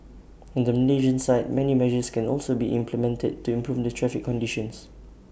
on the Malaysian side many measures can also be implemented to improve the traffic conditions